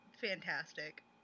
fantastic